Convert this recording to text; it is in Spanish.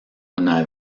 una